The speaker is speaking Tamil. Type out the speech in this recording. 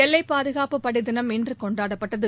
எல்லை பாதுகாப்புப் படை தினம் இன்று கொண்டாடப்பட்டது